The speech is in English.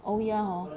oh ya hor